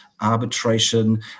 arbitration